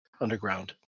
underground